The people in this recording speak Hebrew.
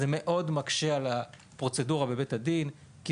זה מאוד מקשה על הפרוצדורה בבית הדין, כי